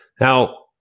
Now